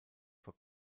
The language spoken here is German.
vor